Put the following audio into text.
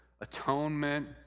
atonement